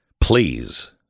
Please